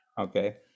Okay